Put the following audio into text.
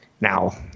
Now